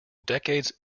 decades